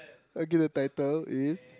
okay the title is